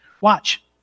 Watch